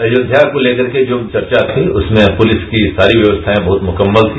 अयोध्या को लेकर जो चर्चा थी उसमें पुलिस की सारी व्यवस्थाएं बहुत मुक्कमल थी